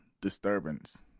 disturbance